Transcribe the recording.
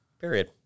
Period